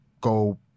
go